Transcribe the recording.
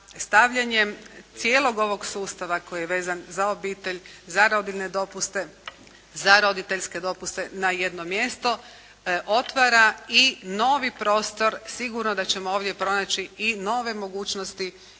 stavljanjem cijelog ovog sustava koji je vezan za obitelj, za rodiljne dopuste, za roditeljske dopuste na jedno mjesto otvara i novi prostor sigurno da ćemo ovdje pronaći i nove mogućnosti